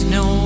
no